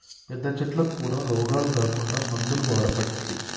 పెద్ద చెట్లకు కూడా రోగాలు రాకుండా మందులు వాడబట్టిరి